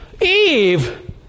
Eve